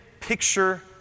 picture